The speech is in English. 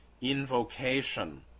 invocation